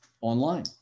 online